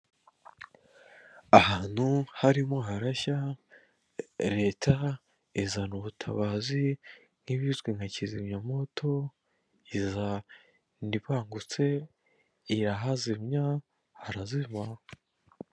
Ahantu harimo harashya, leta izana ubutabazi nk'ibizwi nka kizimyamwoto iza ibangutse irahazimya harazima.